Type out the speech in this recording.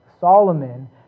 Solomon